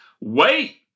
Wait